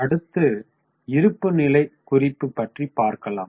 அடுத்து இருப்பு நிலை குறிப்பு பற்றி பார்க்கலாம்